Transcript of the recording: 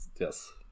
Yes